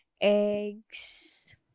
eggs